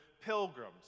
pilgrims